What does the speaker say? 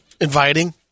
inviting